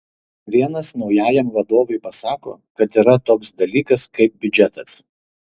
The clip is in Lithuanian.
vienas naujajam vadovui pasako kad yra toks dalykas kaip biudžetas